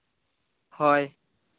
ᱦᱳᱭ